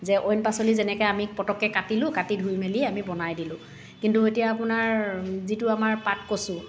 যে অইন পাচলি যেনেকৈ আমি পতককৈ কাটিলো কাটি ধুই মেলি আমি বনাই দিলো কিন্তু এতিয়া আপোনাৰ যিটো আমাৰ পাতকচু